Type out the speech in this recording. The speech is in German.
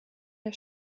der